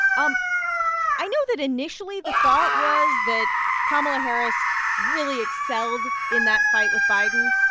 um i know that initially, the thought was that kamala harris really excelled in that fight with biden.